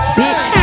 bitch